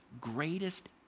greatest